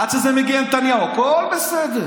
עד שזה מגיע לנתניהו, הכול בסדר.